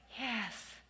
Yes